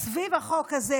סביב החוק הזה,